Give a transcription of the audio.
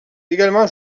également